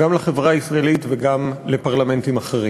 גם לחברה הישראלית וגם לפרלמנטים אחרים.